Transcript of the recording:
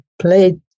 played